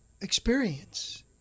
experience